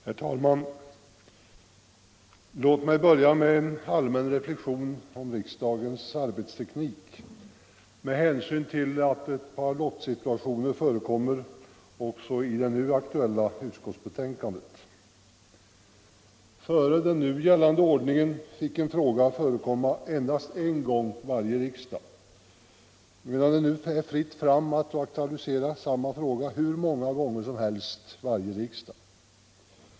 Herr talman! Låt mig börja med en allmän reflexion om riksdagens arbetsteknik med hänsyn till att s.k. lottsituationer förekommer också beträffande ett par punkter i det nu aktuella betänkandet. Före den nu gällande ordningen fick en fråga förekomma endast en gång varje riksdag, medan det nu är fritt att aktualisera samma fråga hur många gånger som helst varje riksdag.